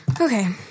Okay